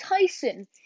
Tyson